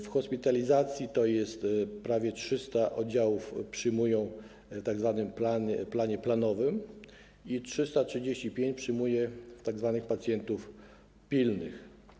W hospitalizacji to jest: prawie 300 oddziałów przyjmuje w tzw. planie planowym i 335 przyjmuje tzw. pacjentów pilnych.